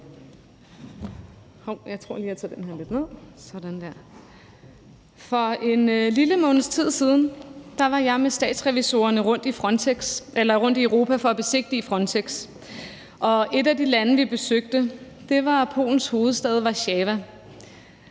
For en lille måneds tid siden var jeg med Statsrevisorerne rundt i Europa for at besigtige Frontex. Et af de lande, vi besøgte, var Polens hovedstad, Warszawa,